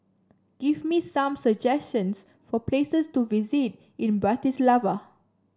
give me some suggestions for places to visit in Bratislava